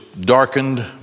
darkened